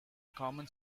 common